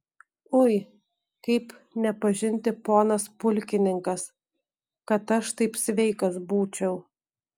ui kaip nepažinti ponas pulkininkas kad aš taip sveikas būčiau